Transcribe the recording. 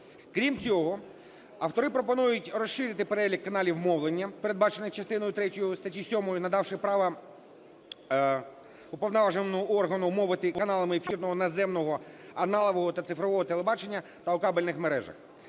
Крім цього, автори пропонують розширити перелік каналів мовлення, передбачених частиною третьою статті 7, надавши право уповноваженому органу мовити каналами ефірного наземного аналогового та цифрового телебачення та у кабельних мережах.